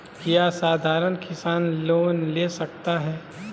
क्या साधरण किसान लोन ले सकता है?